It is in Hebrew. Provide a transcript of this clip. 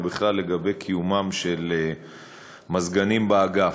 ובכלל על קיומם של מזגנים באגף.